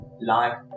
life